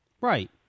right